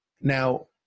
Now